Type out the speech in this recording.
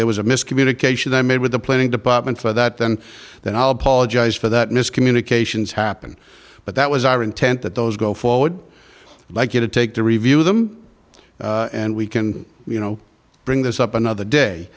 there was a miscommunication i made with the planning department for that and then i'll apologize for that miscommunications happen but that was our intent that those go for would like you to take to review them and we can you know bring this up another day